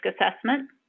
assessment